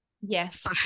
Yes